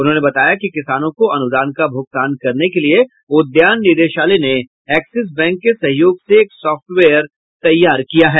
उन्होंने बताया कि किसानों को अनुदान का भुगतान करने के लिये उद्यान निदेशालय ने एक्सिस बैंक के सहयोग से एक सॉफ्टवेयर तैयार किया है